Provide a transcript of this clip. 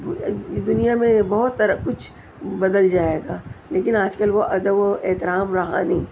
دنیا میں بہت طرح کچھ بدل جائے گا لیکن آج کل وہ ادب اور احترام رہا نہیں